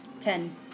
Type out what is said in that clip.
Ten